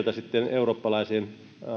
eurooppalaiseen